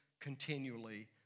continually